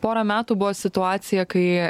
porą metų buvo situacija kai